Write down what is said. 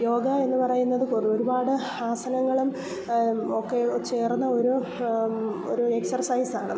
യോഗ എന്ന് പറയുന്നത് പൊതു ഒരുപാട് ആസനങ്ങളും ഒക്കെ ചേർന്ന ഒരു ഒരു എക്സർസൈസാണ്